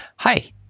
Hi